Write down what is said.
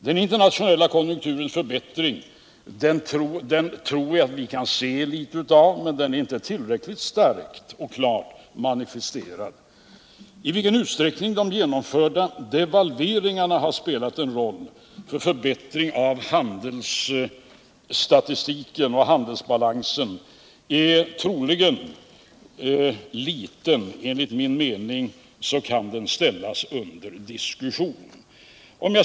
Den internationella konjunkturens förbättring kan vi se litet av, men den är ännu ej tillräckligt klart manifesterad. I vilken utsträckning de genomförda devalveringarna har spelat en roll för förbättringen av handelsstatistiken och handelsbalansen kan ställas under diskussion.